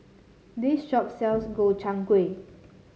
this shop sells Gobchang Gui